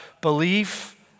belief